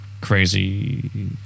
crazy